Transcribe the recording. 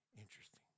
interesting